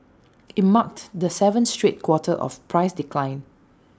IT marked the seventh straight quarter of price decline